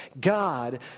God